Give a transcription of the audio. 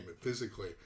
physically